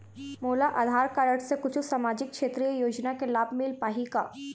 मोला आधार कारड से कुछू सामाजिक क्षेत्रीय योजना के लाभ मिल पाही का?